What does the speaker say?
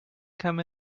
come